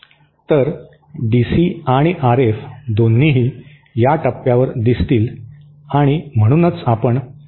तर डीसी आणि आरएफ दोन्हीही या टप्प्यावर दिसतील आणि म्हणूनच आपण दोन्ही एकत्र करू शकतो